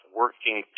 working